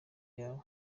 yawe